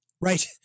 Right